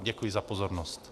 Děkuji za pozornost.